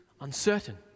uncertain